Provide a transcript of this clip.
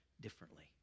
differently